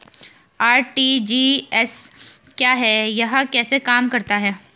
RTGS क्या है यह कैसे काम करता है?